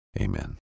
amen